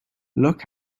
look